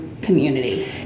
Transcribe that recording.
community